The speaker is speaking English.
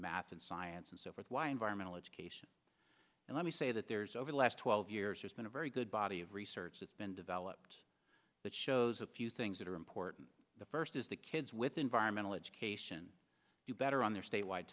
math and science and so forth why environmental education and let me say that there's over the last twelve years there's been a very good body of research that's been developed that shows a few things that are important the first is that kids with environmental education do better on their statewide